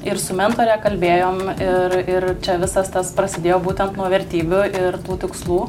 ir su mentore kalbėjom ir ir čia visas tas prasidėjo būtent nuo vertybių ir tų tikslų